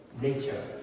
Nature